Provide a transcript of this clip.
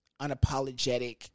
unapologetic